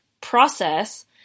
process